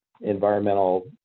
environmental